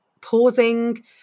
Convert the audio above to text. pausing